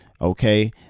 Okay